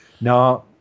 Now